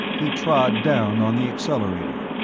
he trod down on the accelerator.